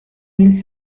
hil